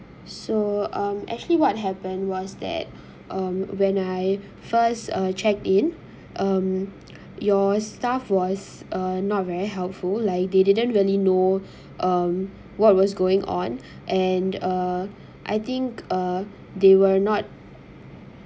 so um actually what happened was that um when I first uh check in um your staff was uh not very helpful like they didn't really know um what was going on and uh I think uh they were not